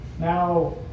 now